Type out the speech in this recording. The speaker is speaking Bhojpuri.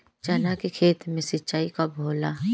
चना के खेत मे सिंचाई कब होला?